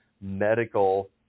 medical